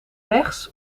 rechts